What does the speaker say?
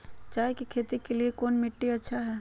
चाय की खेती के लिए कौन मिट्टी अच्छा हाय?